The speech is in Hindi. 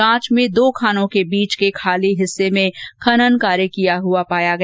जांच में दो खोनों के बीच खाली हिस्से में खनन कार्य किया हुआ पाया गया